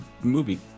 movie